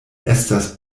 estas